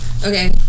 Okay